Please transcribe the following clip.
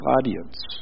audience